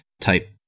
type